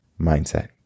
mindset